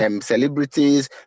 celebrities